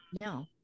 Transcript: no